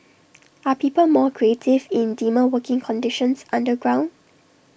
are people more creative in dimmer working conditions underground